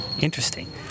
Interesting